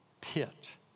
pit